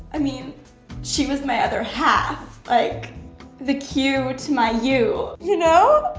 i mean she was my other half, like the q to my u. you know,